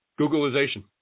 Googleization